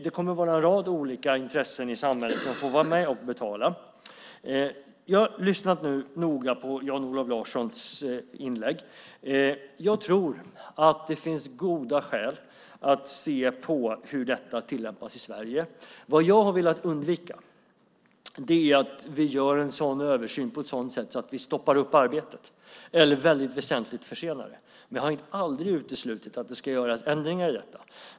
Det kommer att vara en rad olika intressen i samhället som får vara med och betala. Jag har nu lyssnat noga på Jan-Olof Larssons inlägg. Jag tror att det finns goda skäl att se på hur detta tillämpas i Sverige. Vad jag har velat undvika är att vi gör en översyn på ett sådant sätt att vi stoppar upp arbetet eller väldigt väsentligt försenar det. Men jag har aldrig uteslutit att det ska göras ändringar i detta.